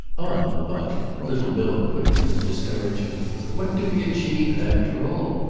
ah but little bilham put it with discouragement what do we achieve after all?